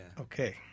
Okay